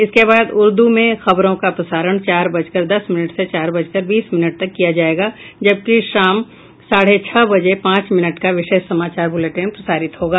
इसके बाद उर्दू में खबरों का प्रसारण चार बजकर दस मिनट से चार बजकर बीस मिनट तक किया जायेगा जबकि शाम साढ़े छह बजे पांच मिनट का विशेष समाचार बुलेटिन प्रसारित होगा